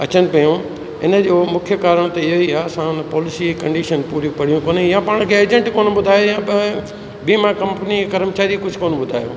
अचनि पयूं इन जो मुख्य कारणु त इहो ई आहे असां उन पॉलिसीअ जी कंडीशन पूरियूं पढ़ी कोन्हे या पाण खे एजेंट कोन ॿुधाए या त बीमा कंपनीअ जे कर्मचारी कुझु कोन ॿुधायो